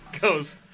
goes